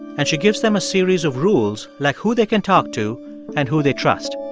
and she gives them a series of rules, like who they can talk to and who they trust.